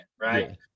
Right